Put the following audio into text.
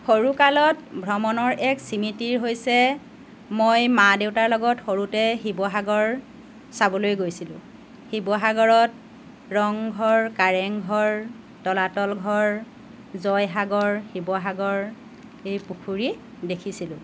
সৰুকালত ভ্ৰমণৰ এক স্মৃতি হৈছে মই মাঁ দেউতাৰ লগত সৰুতে শিৱসাগৰ চাবলৈ গৈছিলোঁ শিৱসাগৰত ৰংঘৰ কাৰেংঘৰ তলাতল ঘৰ জয়সাগৰ শিৱসাগৰ এই পুখুৰী দেখিছিলোঁ